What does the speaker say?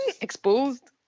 Exposed